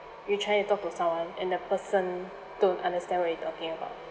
you try to talk to someone and that person don't understand what you're talking about